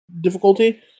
difficulty